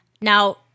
Now